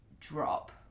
Drop